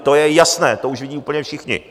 To je jasné, to už vidí úplně všichni.